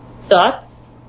Thoughts